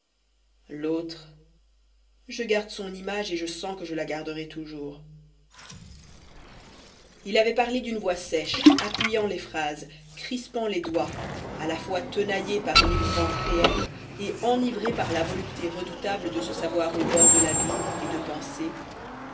l'autre je garde son image et je sens que je la garderai toujours il avait parlé d'une voix sèche appuyant les phrases crispant les doigts à la fois tenaillé par une épouvante réelle et enivré par la volupté redoutable de se savoir au bord de l'abîme et de penser